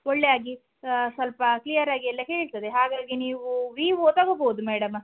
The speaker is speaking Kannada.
ಒಳ್ಳೆ ಆಗಿ ಸ್ವಲ್ಪ ಕ್ಲಿಯರ್ ಆಗಿ ಎಲ್ಲ ಕೇಳ್ತದೆ ಹಾಗಾಗಿ ನೀವು ವಿವೋ ತಗೊಬೋದು ಮೇಡಮ್